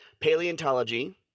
Paleontology